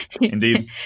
Indeed